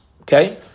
okay